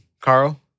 Carl